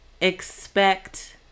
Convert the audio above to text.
Expect